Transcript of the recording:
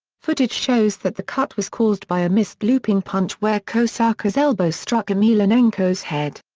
footage shows that the cut was caused by a missed looping punch where kohsaka's elbow struck emelianenko's head.